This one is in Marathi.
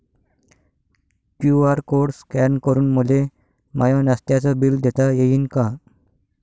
क्यू.आर कोड स्कॅन करून मले माय नास्त्याच बिल देता येईन का?